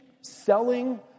selling